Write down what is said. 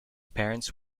parents